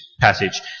passage